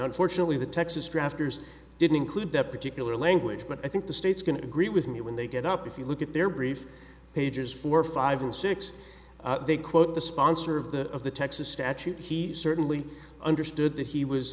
unfortunately the texas drafters didn't include that particular language but i think the state's going to agree with me when they get up if you look at their brief pages four five and six they quote the sponsor of the of the texas statute he certainly understood that he was